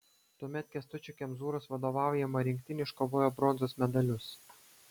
tuomet kęstučio kemzūros vadovaujama rinktinėje iškovojo bronzos medalius